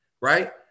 right